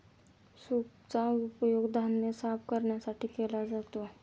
सूपचा उपयोग धान्य साफ करण्यासाठी केला जातो